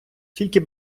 тільки